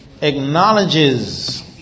acknowledges